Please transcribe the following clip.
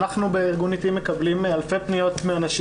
אנחנו בארגון עתים מקבלים אלפי פניות מאנשים